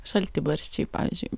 šaltibarščiai pavyzdžiui